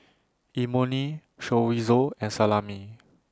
Imoni Chorizo and Salami